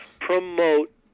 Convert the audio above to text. promote